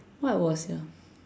what was your